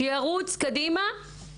שירוץ קדימה,